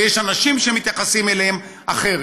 ויש אנשים שמתייחסים אליהם אחרת.